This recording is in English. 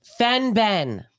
Fenben